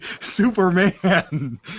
Superman